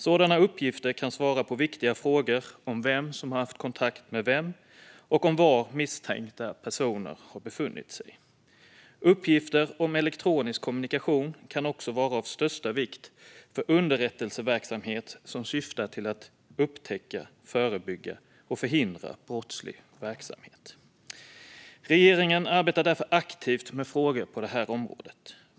Sådana uppgifter kan svara på viktiga frågor om vem som har haft kontakt med vem och var misstänka personer har befunnit sig. Uppgifter om elektronisk kommunikation kan också vara av största vikt för underrättelseverksamhet som syftar till att upptäcka, förebygga och förhindra brottslig verksamhet. Regeringen arbetar därför aktivt med frågor på det här området.